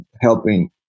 helping